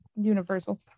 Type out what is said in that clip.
universal